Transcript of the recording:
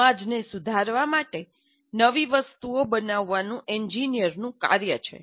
સમાજને સુધારવા માટે નવી વસ્તુઓ બનાવવાનું એન્જિનિયરનું કાર્ય છે